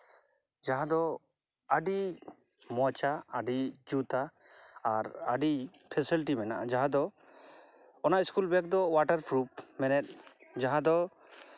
ᱡᱟᱦᱟᱸ ᱫᱚ ᱟᱹᱰᱤ ᱢᱚᱡᱟ ᱟᱹᱰᱤ ᱡᱩᱛᱟ ᱟᱨ ᱟᱹᱰᱤ ᱯᱷᱮᱥᱮᱞᱤᱴᱤ ᱢᱮᱱᱟᱜᱼᱟ ᱡᱟᱦᱟᱸ ᱫᱚ ᱚᱱᱟ ᱤᱥᱠᱩᱞ ᱵᱮᱜᱽ ᱫᱚ ᱚᱣᱟᱴᱟᱨᱯᱨᱩᱯᱷ ᱢᱮᱱᱮᱫ ᱡᱟᱦᱟᱸ ᱫᱚ